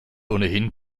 ohnehin